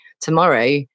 tomorrow